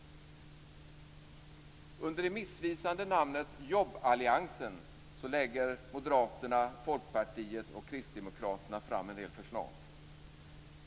Under det missvisande namnet jobballiansen lägger Moderaterna, Folkpartiet och Kristdemokraterna fram en del förslag.